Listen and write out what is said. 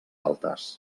altes